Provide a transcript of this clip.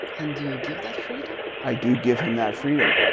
and do you give that freedom? i do give him that freedom.